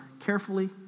carefully